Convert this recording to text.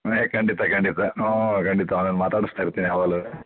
ಏಯ್ ಖಂಡಿತ ಖಂಡಿತ ಓಹ್ ಖಂಡಿತ ಅವ್ನನ್ನು ಮಾತಾಡಿಸ್ತಾ ಇರ್ತೀನಿ ಯಾವಾಗ್ಲೂ